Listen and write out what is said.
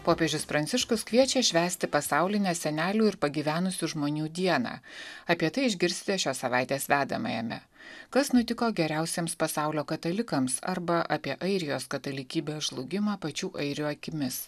popiežius pranciškus kviečia švęsti pasaulinę senelių ir pagyvenusių žmonių dieną apie tai išgirsite šios savaitės vedamajame kas nutiko geriausiems pasaulio katalikams arba apie airijos katalikybės žlugimą pačių airių akimis